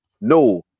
No